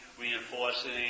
reinforcing